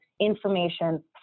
information